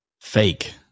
fake